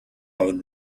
how